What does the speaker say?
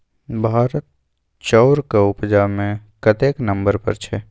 भारत चाउरक उपजा मे कतेक नंबर पर छै?